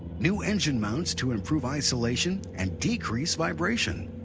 new engine mounts to improve isolation and decrease vibration,